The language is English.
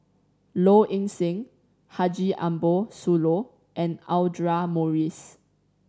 Low Ing Sing Haji Ambo Sooloh and Audra Morrice